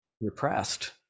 repressed